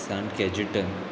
सान केजिटन